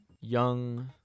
young